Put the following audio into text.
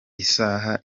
isaha